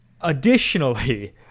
additionally